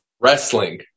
Wrestling